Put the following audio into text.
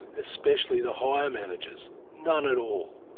especially the higher managers. none at all.